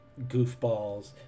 goofballs